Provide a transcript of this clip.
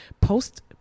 post